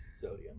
sodium